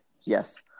Yes